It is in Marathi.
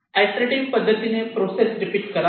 आयटेरेशन पद्धतीने प्रोसेस रिपीट करा